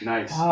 Nice